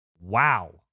Wow